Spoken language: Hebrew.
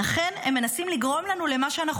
"לכן הם מנסים לגרום לנו למה שאנחנו